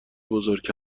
بزرگ